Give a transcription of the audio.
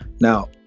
Now